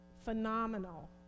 phenomenal